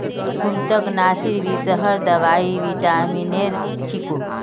कृन्तकनाशीर विषहर दवाई विटामिनेर छिको